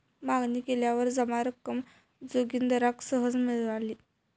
मागणी केल्यावर जमा रक्कम जोगिंदराक सहज मिळाली